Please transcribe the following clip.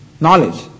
knowledge